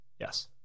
Yes